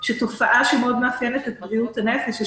תופעה שמאוד מאפיינת את בריאות הנפש,